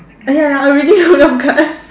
!aiya! I already hold wrong card